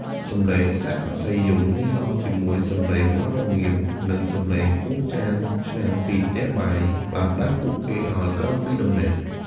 សំឡេងសត្វបក្សីយំ លាយឡំជាមួយសំឡេងសត្វមាន់រងាវ និងសំឡេងគោះចានឆ្នាំងពីផ្ទះបាយ បានដាស់ពួកគេឲ្យក្រោកពីដំណេក។